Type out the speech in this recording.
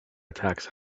attacks